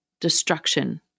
destruction